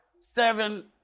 seven